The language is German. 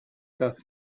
das